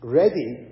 ready